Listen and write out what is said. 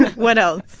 what else?